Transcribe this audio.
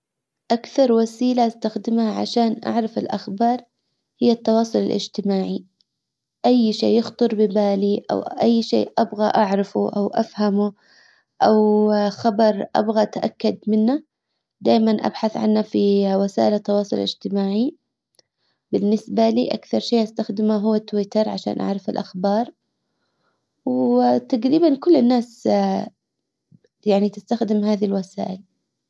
اكثر وسيلة استخدمها عشان اعرف الاخبار. هي التواصل الاجتماعي. اي شيء يخطر ببالي او اي شيء ابغى اعرفه او افهمه. او خبر ابغى اتأكد منه. دايما ابحث عنه في وسائل التواصل الاجتماعي بالنسبة لي اكثر شيء استخدمه هو تويتر عشان اعرف الاخبار. وتجريبا كل الناس يعني تستخدم هذه الوسائل.